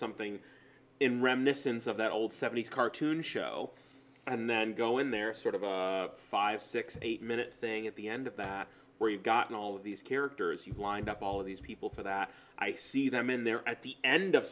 something in reminiscence of that old seventy cartoon show and then go in there sort of a five six eight minute thing at the end of that where you've got all of these characters you've lined up all of these people for that i see them in there at the end of